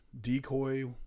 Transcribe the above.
decoy